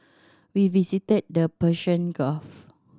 we visited the Persian Gulf